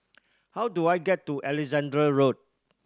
how do I get to Alexandra Road